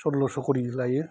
सल्लस' करि लायो